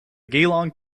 geelong